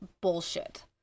bullshit